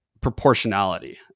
proportionality